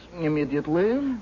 immediately